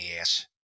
ass